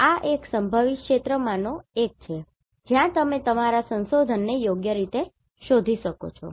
આ એક સંભવિત ક્ષેત્રોમાંનો એક છે જ્યાં તમે તમારા સંશોધનને યોગ્ય રીતે શોધી શકો છો